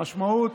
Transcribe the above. המשמעות,